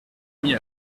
mit